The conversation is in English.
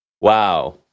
wow